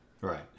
Right